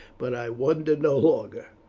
but i wonder no longer.